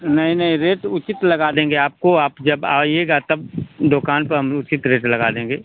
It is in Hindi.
नहीं नहीं रेट उचित लगा देंगे आपको आप जब आइएगा तब दुकान पर हम उचित रेट लगा देंगे